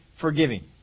forgiving